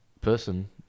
person